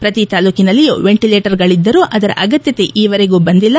ಪ್ರತಿ ತಾಲ್ಲೂಕಿನಲ್ಲಿಯೂ ವೆಂಟಲೇಟರ್ಗಳಿದ್ದರೂ ಅದರ ಅಗತ್ಯತೆ ಈವರೆಗೂ ಬಂದಿಲ್ಲ